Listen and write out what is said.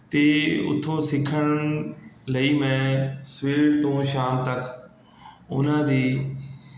ਅਤੇ ਉੱਥੋਂ ਸਿੱਖਣ ਲਈ ਮੈਂ ਸਵੇਰ ਤੋਂ ਸ਼ਾਮ ਤੱਕ ਉਹਨਾਂ ਦੀ